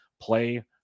Play